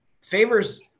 favors